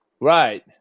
Right